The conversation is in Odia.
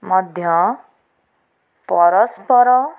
ମଧ୍ୟ ପରସ୍ପର